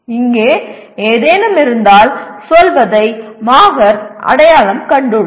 இங்கே ஏதேனும் இருந்தால் சொல்வதை மாகர் அடையாளம் கண்டுள்ளார்